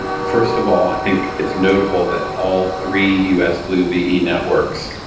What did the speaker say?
first of all, i think it's notable that all three us flu ve networks,